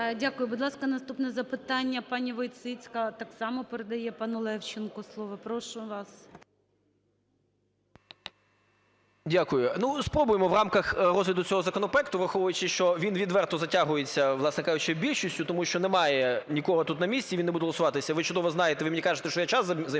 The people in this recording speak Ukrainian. Дякую. Будь ласка, наступне запитання. Пані Войціцька так само передає пану Левченку слово. Прошу вас. 17:41:46 ЛЕВЧЕНКО Ю.В. Дякую. Ну, спробуємо в рамках розгляду цього законопроекту, враховуючи, що він відверто затягується, власне кажучи, більшістю, тому що немає нікого тут на місці, він не буде голосуватися, ви чудово знаєте. Ви мені кажете, що я час займаю.